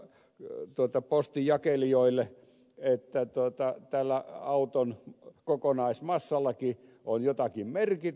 miun tointa postinjakelijoille että tällä auton kokonaismassallakin on jotakin merkitystä